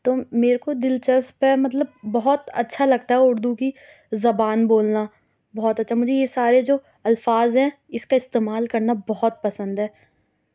تو میرے کو دلچسپ ہے مطلب بہت اچھا لگتا ہے اُردو کی زبان بولنا بہت اچھا مجھے یہ سارے جو الفاظ ہیں اِس کا استعمال کرنا بہت پسند ہے